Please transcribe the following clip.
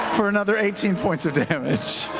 for another eighteen points of damage.